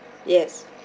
yes